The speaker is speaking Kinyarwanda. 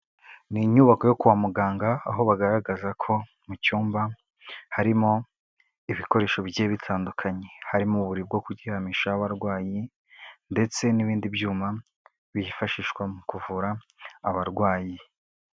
Ni inyubako yo kwa muganga aho bagaragaza ko mu cyumba harimo ibikoresho bigiye bitandukanye, harimo uburiri bwo kuryamishaho abarwayi ndetse n'ibindi byuma byifashishwa mu kuvura abarwayi.